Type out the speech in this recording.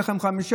יהיו לכם חמישה,